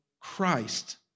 Christ